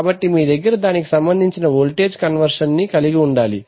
కాబట్టి మీ దగ్గర దానికి సంబంధించిన వోల్టేజ్ కన్వర్షన్ ని కలిగి ఉండాలి